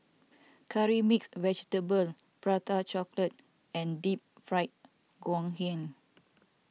Curry Mixed Vegetable Prata Chocolate and Deep Fried Ngoh Hiang